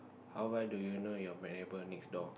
how well do you know your neighbour next door